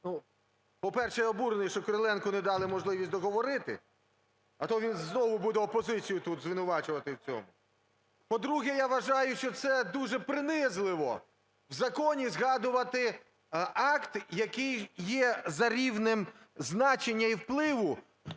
По-перше, я обурений, що Кириленку не дали можливість договорити. А то він знову буде опозицію тут звинувачувати у всьому. По-друге, я вважаю, що це дуже принизливо в законі згадувати акт, який є за рівнем значення і впливу